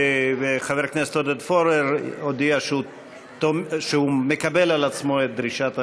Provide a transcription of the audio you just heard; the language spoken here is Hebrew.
חבר הכנסת עודד פורר הודיע שהוא מקבל על עצמו את דרישת הממשלה.